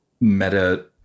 meta